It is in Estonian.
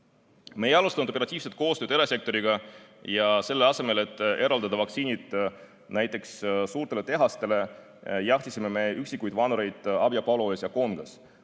Me ei alustanud operatiivselt koostööd erasektoriga ja selle asemel, et eraldada vaktsiinid näiteks suurtele tehastele, jahtisime me üksikuid vanureid Abja-Paluojas ja Koongas,